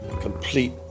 complete